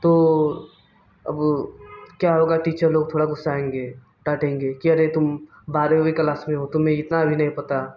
तो अब क्या होगा टीचर लोग थोड़ा ग़ुस्साएंगे डांटेंगे कि अरे तुम बारहवीं क्लास में हो तुम्हें इतना भी नहीं पता